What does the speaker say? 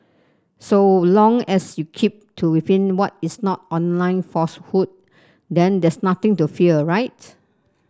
so long as you keep to within what is not online falsehood then there's nothing to fear right